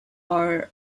are